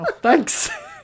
thanks